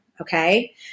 okay